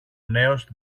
νέος